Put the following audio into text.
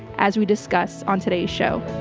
as we discuss on today's show.